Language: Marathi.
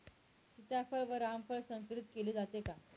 सीताफळ व रामफळ संकरित केले जाते का?